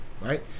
right